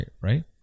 right